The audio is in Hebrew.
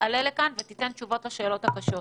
תעלה לכאן ותיתן תשובות לשאלות הקשות.